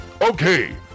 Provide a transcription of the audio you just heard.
Okay